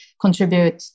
contribute